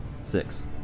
Six